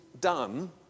done